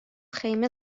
خیمه